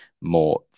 more